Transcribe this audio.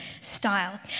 style